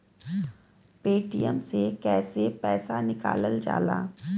Paytm से कैसे पैसा निकलल जाला?